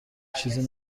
چیزی